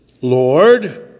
Lord